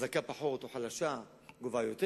חזקה פחות או חלשה גובה יותר.